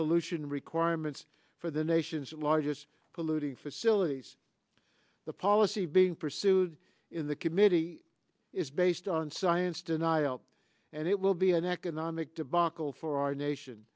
pollution requirements for the nation's largest polluting facilities the policy being pursued in the committee is based on science denial and it will be an economic debacle for our nation